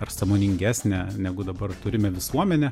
ar sąmoningesnę negu dabar turime visuomenę